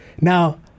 Now